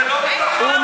איפה השר?